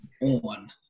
on